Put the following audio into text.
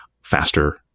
faster